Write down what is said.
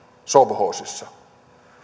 sovhoosissa